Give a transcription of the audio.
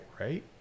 right